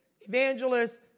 evangelists